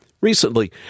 Recently